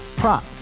prop